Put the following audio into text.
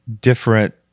different